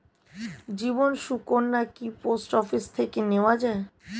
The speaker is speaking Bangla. জীবন সুকন্যা কি পোস্ট অফিস থেকে নেওয়া যায়?